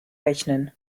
rechnen